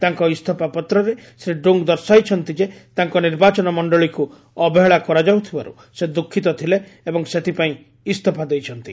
ତାଙ୍କ ଇସ୍ତଫାପତ୍ରରେ ଶ୍ରୀ ଡୁଙ୍ଗ୍ ଦର୍ଶାଇଛନ୍ତି ଯେ ତାଙ୍କ ନିର୍ବାଚନ ମଣ୍ଡଳୀକୁ ଅବହେଳା କରାଯାଉଥିବାରୁ ସେ ଦୁଃଖୀତ ଥିଲେ ଏବଂ ସେଥିପାଇଁ ଇସ୍ତଫା ଦେଇଛନ୍ତି